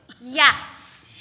Yes